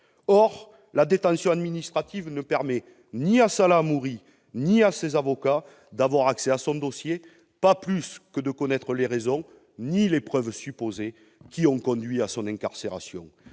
Or la détention administrative ne permet ni à Salah Hamouri ni à ses avocats d'avoir accès à son dossier, pas plus que de connaître les raisons ou les preuves supposées qui ont conduit à son incarcération.